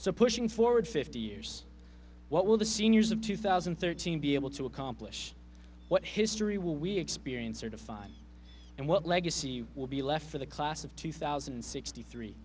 so pushing forward fifty years what will the seniors of two thousand and thirteen be able to accomplish what history will we experience or define and what legacy will be left for the class of two thousand and sixty three